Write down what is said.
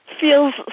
feels